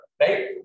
right